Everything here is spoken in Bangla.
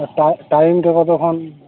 আর টা টাইমটা কতোক্ষণ